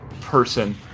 person